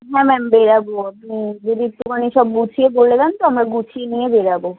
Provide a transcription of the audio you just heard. হ্যাঁ ম্যাম বেরবো আপনি যদি একটুখানি সব গুছিয়ে বলে দেন তো আমরা গুছিয়ে নিয়ে বেরবো